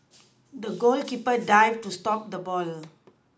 the goalkeeper dived to stop the ball